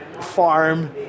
farm